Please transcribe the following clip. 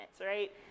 right